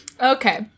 Okay